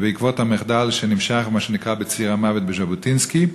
בעקבות המחדל שנמשך במה שנקרא "ציר המוות" בז'בוטינסקי,